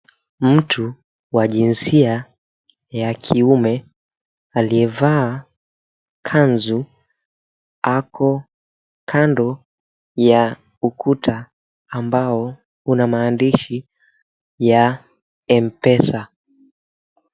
Mtu wa jinsia ya kiume aliyevaa kanzu ako kando ya ukuta ambao una maandishi ya Mpesa.